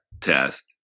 test